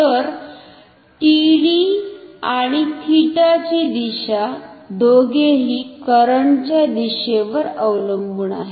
तर TD आणि θ ची दिशा दोघेही करंटच्या दिशेवर अवलंबुन आहेत